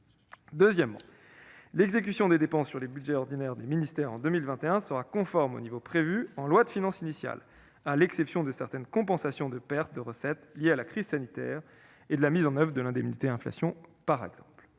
Deuxièmement, l'exécution des dépenses sur les budgets ordinaires des ministères en 2021 sera conforme au niveau prévu en loi de finances initiale, à l'exception de quelques compensations de pertes de recettes liées à la crise sanitaire et de la mise en oeuvre de l'indemnité inflation. Le